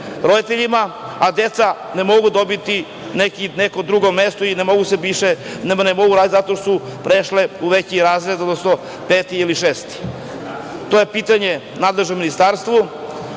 roditeljima, a deca ne mogu dobiti neko drugo mesto i ne mogu odraditi zato što su prešli u veći razred, odnosno peti ili šesti. To je pitanje nadležnom ministarstvu